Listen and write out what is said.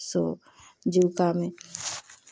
सो जीविका में